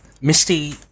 Misty